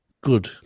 good